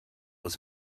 was